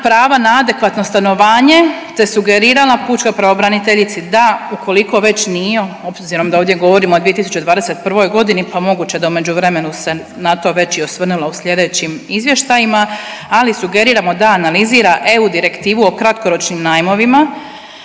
prava na adekvatno stanovanje te sugerirala pučkoj pravobraniteljici da ukoliko već nije, obzirom da ovdje govorimo o 2021. g. pa moguće da u međuvremenu se na to već i osvrnula u sljedećim izvještajima, ali sugeriramo da analizira EU direktivu o kratkoročnim najmovima